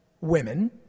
women